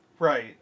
Right